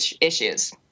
issues